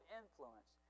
influence